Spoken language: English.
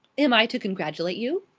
am i to congratulate you?